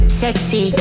sexy